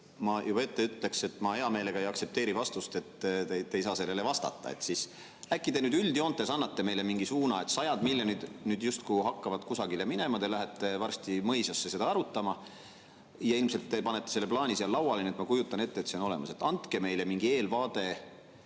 ma juba ette ütlen, et ma hea meelega ei aktsepteeri vastust, et te ei saa sellele vastata. Äkki te nüüd üldjoontes annate meile mingi suuna? Sajad miljonid justkui hakkavad kusagile minema, te lähete varsti mõisasse seda arutama ja ilmselt te panete selle plaani seal lauale, nii et ma kujutan ette, et see on olemas. Andke meile mingi eelvaade.